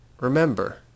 Remember